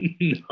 no